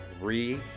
re